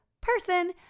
person